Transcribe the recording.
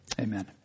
Amen